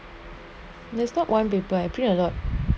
there's not one paper I play a lot